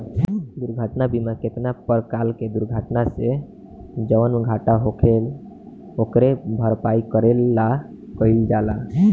दुर्घटना बीमा केतना परकार के दुर्घटना से जवन घाटा होखेल ओकरे भरपाई करे ला कइल जाला